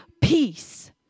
peace